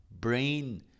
brain